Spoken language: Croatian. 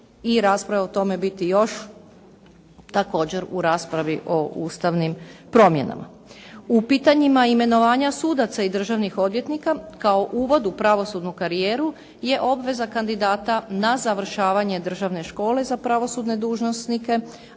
i rasprave o tome biti još također u raspravi o ustavnim promjenama. U pitanju imenovanja sudaca i državnih odvjetnika, kao uvod u pravosudnu karijeru je obveza kandidata na završavanje državne škole za pravosudne dužnosnike,